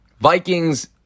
Vikings